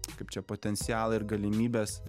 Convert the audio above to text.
kaip čia potencialą ir galimybes